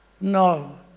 no